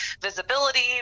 visibility